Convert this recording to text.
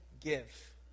Give